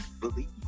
believe